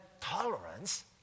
tolerance